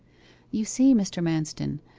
you see, mr. manston,